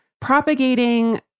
propagating